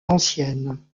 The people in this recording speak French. ancienne